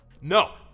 No